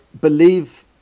believe